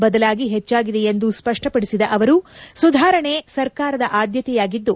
ಬದಲಾಗಿ ಹೆಚ್ಚಾಗಿದೆ ಎಂದು ಸ್ಪಷ್ಟಪಡಿಸಿದ ಅವರು ಸುಧಾರಣೆ ಸರ್ಕಾರದ ಆದ್ಭತೆಯಾಗಿದ್ದು